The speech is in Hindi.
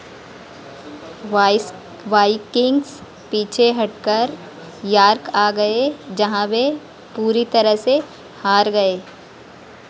वाइस वाइकिंग्स पीछे हट कर यॉर्क आ गए जहाँ वे पूरी तरह से हार गए